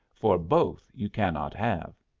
for both you cannot have.